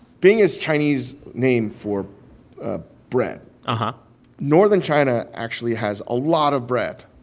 bing is chinese name for ah bread uh-huh northern china actually has a lot of bread.